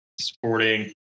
sporting –